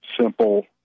simple